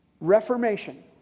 Reformation